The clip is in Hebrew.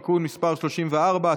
(תיקון מס' 34),